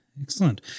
Excellent